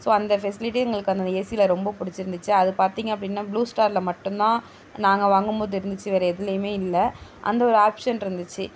so அந்த facility எங்களுக்கு அந்த ஏசில ரொம்ப பிடிச்சிருந்துச்சி அதை பார்த்திங்க அப்படின்னா ப்ளூ ஸ்டார்ல மட்டுந்தான் நாங்கள் வாங்கும்போது இருந்துச்சு வேற எதிலையுமே இல்லை அந்த ஒரு ஆப்ஷன் இருந்துச்சு